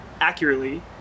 accurately